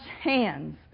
hands